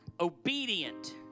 obedient